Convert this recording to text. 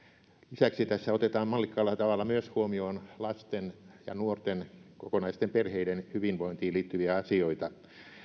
lisäksi tässä otetaan mallikkaalla tavalla huomioon myös lasten ja nuorten kokonaisten perheiden hyvinvointiin liittyviä asioita